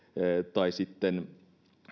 tai sitten